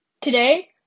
Today